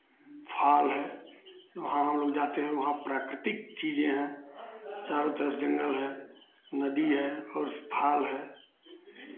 fall है वहाँ हमलोग जाते हैं वहाँ प्राकृतिक चीज़ें हैं चारो तरफ जंगल है नदी है और उस फॉल है